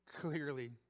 clearly